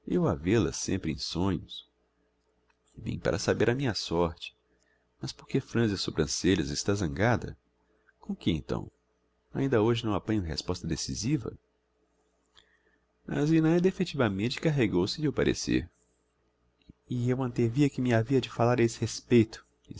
a vêl-a sempre em sonhos vim para saber a minha sorte mas por que franze as sobrancelhas está zangada com que então ainda hoje não apanho resposta decisiva á zinaida effectivamente carregou se lhe o parecer e eu antevia que me havia de falar a esse respeito